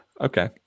Okay